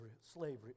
slavery